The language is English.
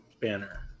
banner